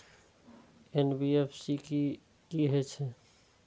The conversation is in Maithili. एन.बी.एफ.सी की हे छे?